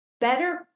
Better